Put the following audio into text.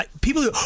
people